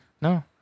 no